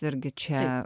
irgi čia